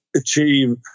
achieve